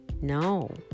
No